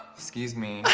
excuse me.